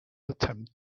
attempt